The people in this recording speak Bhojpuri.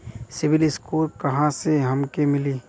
सिविल स्कोर कहाँसे हमके मिली?